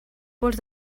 pols